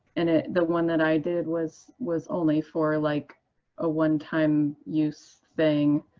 and ah the one that i did was, was only for like a one time use thing.